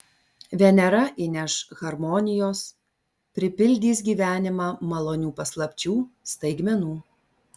venera įneš harmonijos pripildys gyvenimą malonių paslapčių staigmenų